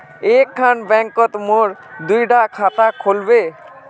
एक खान बैंकोत मोर दुई डा खाता खुल बे?